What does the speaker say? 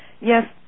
Yes